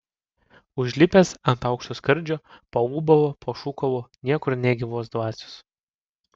užlipęs ant aukšto skardžio paūbavo pašūkavo niekur nė gyvos dvasios